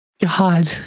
God